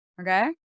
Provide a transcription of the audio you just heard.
okay